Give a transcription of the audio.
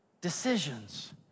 decisions